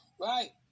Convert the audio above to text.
right